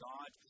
God